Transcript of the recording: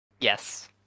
yes